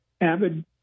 avid